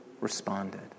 responded